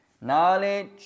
knowledge